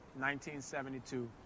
1972